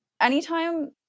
anytime